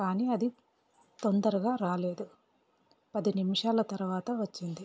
కానీ అది తొందరగా రాలేదు పది నిమిషాల తర్వాత వచ్చింది